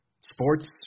sports